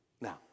Now